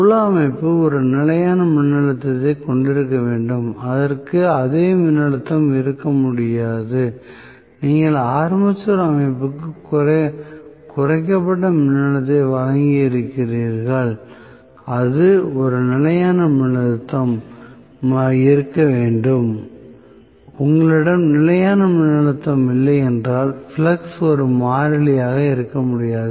புல அமைப்பு ஒரு நிலையான மின்னழுத்தத்தைக் கொண்டிருக்க வேண்டும் அதற்கு அதே மின்னழுத்தம் இருக்க முடியாது நீங்கள் ஆர்மேச்சர் அமைப்புக்கு குறைக்கப்பட்ட மின்னழுத்தமாக வழங்கியிருக்கிறீர்கள் அது ஒரு நிலையான மின்னழுத்தமாக இருக்க வேண்டும் உங்களிடம் நிலையான மின்னழுத்தம் இல்லையென்றால் ஃப்ளக்ஸ் ஒரு மாறிலியாக இருக்க முடியாது